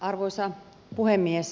arvoisa puhemies